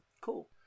Cool